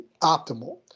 optimal